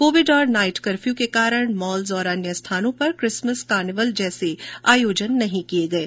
Covid और night curfew के कारण माल्स और अन्य स्थानों पर किसमस कार्निवल जैसे आयोजन नहीं किये गये